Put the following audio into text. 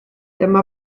dyma